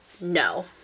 No